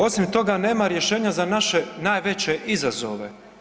Osim toga, nema rješenja za naše najveće izazove.